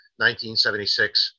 1976